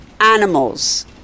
animals